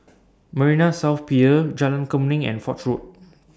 Marina South Pier Jalan Kemuning and Foch Road